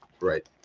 Right